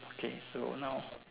okay so now